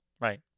Right